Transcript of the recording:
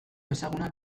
ezagunak